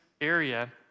area